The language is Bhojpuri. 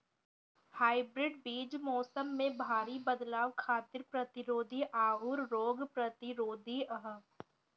हाइब्रिड बीज मौसम में भारी बदलाव खातिर प्रतिरोधी आउर रोग प्रतिरोधी ह